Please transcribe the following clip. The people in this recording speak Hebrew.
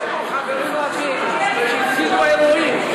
יש פה חברים רבים שהפסידו אירועים.